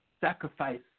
sacrifice